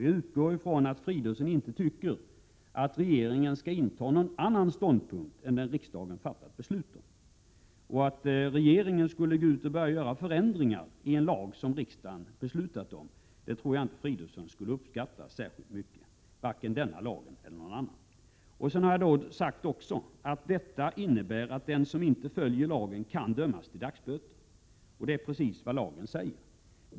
Jag utgår ifrån att Fridolfsson inte tycker att regeringen skall inta någon annan ståndpunkt än riksdagen. Regeringen skall inte gå ut och börja göra förändringar i en lag som riksdagen har beslutat om. Det tror jag inte att Fridolfsson skulle uppskatta särskilt mycket, varken när det gäller denna lag eller någon annan. Vidare har jag sagt att detta innebär att den som inte följer lagen kan dömas till dagsböter. Det är precis vad lagen säger.